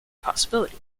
possibility